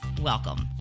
welcome